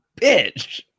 bitch